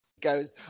goes